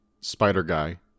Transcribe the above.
Spider-Guy